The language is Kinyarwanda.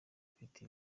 afite